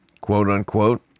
quote-unquote